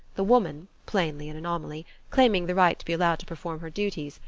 the woman plainly an anomaly claiming the right to be allowed to perform her duties,